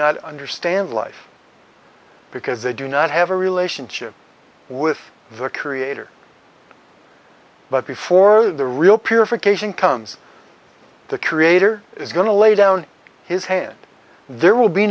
not understand life because they do not have a relationship with the creator but before the real purification comes the creator is going to lay down his hand there will be